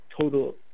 total